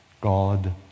God